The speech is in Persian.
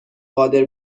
قادر